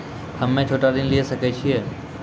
हम्मे छोटा ऋण लिये सकय छियै?